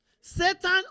Satan